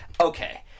Okay